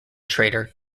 traitor